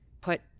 put